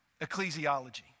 ecclesiology